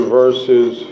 verses